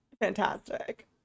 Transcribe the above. fantastic